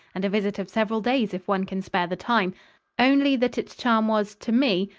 and a visit of several days if one can spare the time only that its charm was, to me,